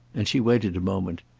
and she waited a moment.